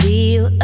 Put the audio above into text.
Feel